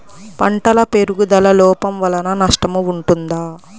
పంటల పెరుగుదల లోపం వలన నష్టము ఉంటుందా?